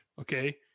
Okay